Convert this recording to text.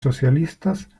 socialistas